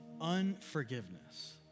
unforgiveness